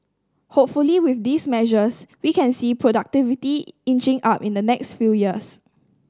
hopefully with these measures we can see productivity inching up in the next few years